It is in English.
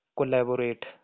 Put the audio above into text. collaborate